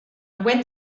went